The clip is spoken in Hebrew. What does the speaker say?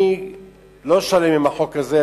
אני לא שלם עם החוק הזה,